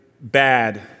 bad